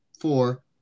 four